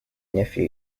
nephew